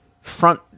front